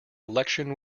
election